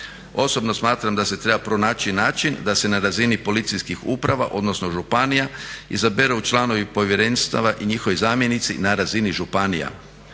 Osobno smatram da se treba pronaći način da se na razini policijskih uprava odnosno županija izaberu članova povjerenstava i njihovi zamjenici na razini županija.